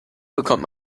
bekommt